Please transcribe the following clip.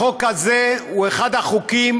החוק הזה הוא אחד החוקים,